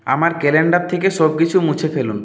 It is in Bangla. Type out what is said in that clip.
আমার ক্যালেন্ডার থেকে সবকিছু মুছে ফেলুন